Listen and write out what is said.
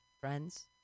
friends